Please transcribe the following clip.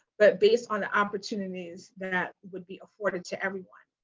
but based on the opportunities that would be afforded to everyone.